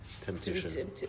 temptation